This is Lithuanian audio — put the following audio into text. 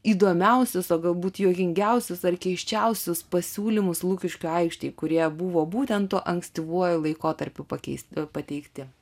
įdomiausius o galbūt juokingiausius ar keisčiausius pasiūlymus lukiškių aikštėj kurie buvo būtent tuo ankstyvuoju laikotarpiu pakeisti pateikti